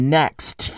next